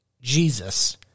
Jesus